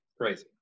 crazy